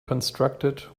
constructed